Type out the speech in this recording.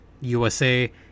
USA